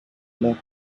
lag